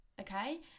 okay